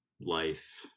life